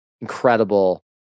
incredible